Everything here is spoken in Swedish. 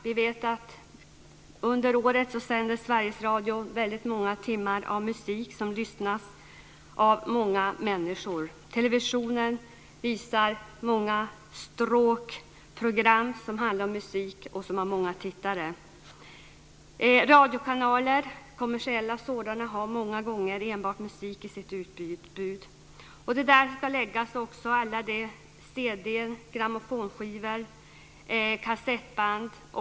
Vi vet att under ett år sänder Sveriges Radio väldigt många timmar av musik, som lyssnas till av många människor. Televisionen visar många program som handlar om musik och som har många tittare. Kommersiella radiokanaler har många gånger enbart musik i sitt utbud. Till detta ska också läggas alla cdoch grammofonskivor samt kassettband.